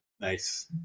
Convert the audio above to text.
Nice